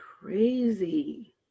Crazy